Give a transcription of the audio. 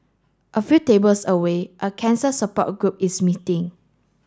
a few tables away a cancer support group is meeting